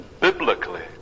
biblically